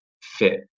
fit